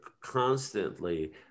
constantly